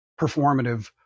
performative